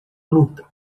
luta